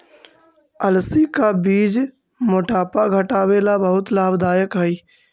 अलसी का बीज मोटापा घटावे ला बहुत लाभदायक हई